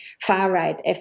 far-right